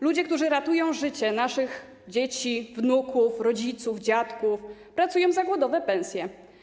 Ludzie, którzy ratują życie naszych dzieci, wnuków, rodziców, dziadków, pracują za głodowe pensje.